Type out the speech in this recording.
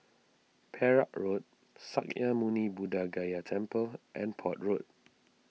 Perak Road Sakya Muni Buddha Gaya Temple and Port Road